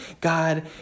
God